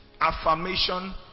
affirmation